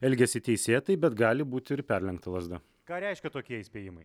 elgiasi teisėtai bet gali būti ir perlenkta lazda ką reiškia tokie įspėjimai